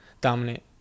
dominate